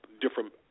different